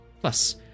Plus